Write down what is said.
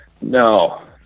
No